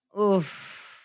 Oof